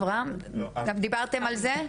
לא, לא דיברנו על זה.